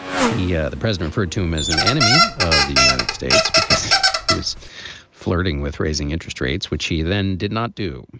he yeah the president for a tumor is an enemy of the united states because he was flirting with raising interest rates, which he then did not do.